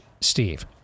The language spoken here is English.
Steve